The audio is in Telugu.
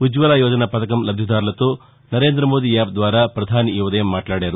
ఉజ్వల యోజన పథకం లబ్లిదారులతో నరేంద మోదీ యాప్ ద్వారా ప్రధాని ఈ ఉదయం మాట్లాడారు